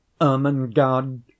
Ermengarde